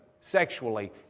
sexually